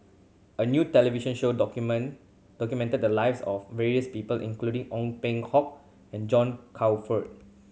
a new television show document documented the lives of various people including Ong Peng Hock and John Crawfurd